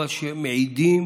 אבל שמעידים